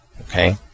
Okay